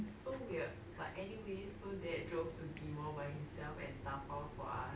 so weird but anyway so dad drove to ghim moh by himself and 打包 for us